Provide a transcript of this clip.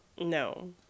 No